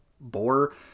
bore